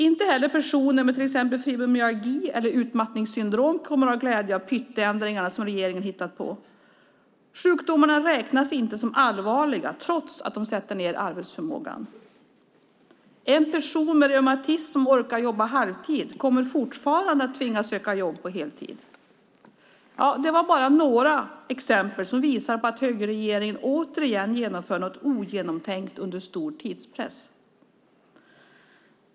Inte heller personer med fibromyalgi eller utmattningssyndrom kommer att ha glädje av de pytteändringar som regeringen har hittat på. Sjukdomarna räknas inte som allvarliga trots att de sätter ned arbetsförmågan. En person med reumatism som orkar jobba halvtid kommer fortfarande att tvingas söka jobb på heltid. Det var bara några exempel som visar på att högerregeringen återigen genomför något ogenomtänkt under stor tidspress.